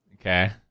Okay